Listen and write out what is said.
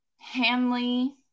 Hanley